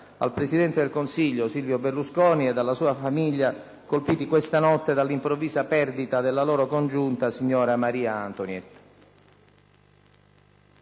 al presidente del Consiglio Silvio Berlusconi e alla sua famiglia, colpiti questa notte dall'improvvisa perdita della loro congiunta, signora Maria Antonietta.